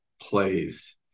plays